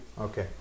Okay